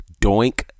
doink